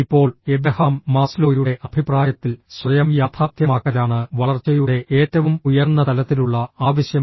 ഇപ്പോൾ എബ്രഹാം മാസ്ലോയുടെ അഭിപ്രായത്തിൽ സ്വയം യാഥാർത്ഥ്യമാക്കലാണ് വളർച്ചയുടെ ഏറ്റവും ഉയർന്ന തലത്തിലുള്ള ആവശ്യം